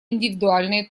индивидуальные